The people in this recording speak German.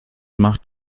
macht